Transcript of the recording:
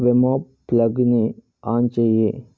Wemo ప్లగ్ని on చెయ్యి